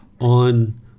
on